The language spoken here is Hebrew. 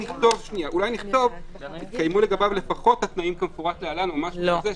אולי נכתוב "התקיימו לגביו לפחות התנאים כמפורט להלן" או משהו כזה,